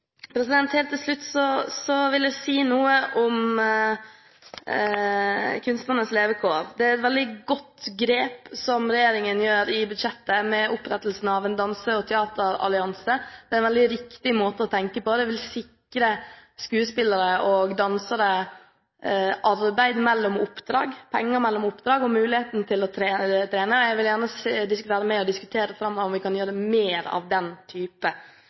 Helt til slutt vil jeg si noe om kunstnernes levekår. Det er et veldig godt grep regjeringen gjør i budsjettet med opprettelsen av en danse- og teaterallianse, det er en veldig riktig måte å tenke på. Det vil sikre skuespillere og dansere arbeid og penger mellom oppdrag og muligheten til å trene. Jeg vil gjerne være med på å diskutere framover hvordan vi kan gjøre mer av den type